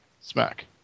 Smack